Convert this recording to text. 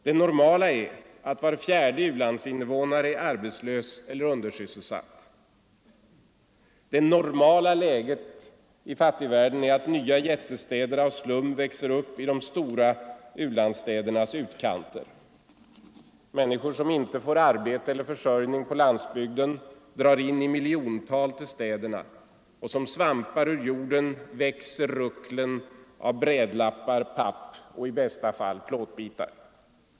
Det ”normala” är att var fjärde u-landsinvånare är arbetslös eller undersysselsatt. Det ”normala” läget i fattigvärlden är att nya jättestäder av slum växer upp i det stora u-landsstädernas utkanter. Människor som inte får arbete eller fö svampar ur jorden växer rucklen av brädlappar, papp och i bästa fall plåtbitar.